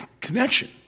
connection